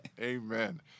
Amen